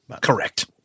Correct